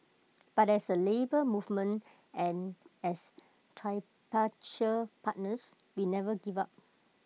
but as A Labour Movement and as tripartite partners we never give up